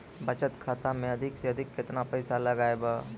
बचत खाता मे अधिक से अधिक केतना पैसा लगाय ब?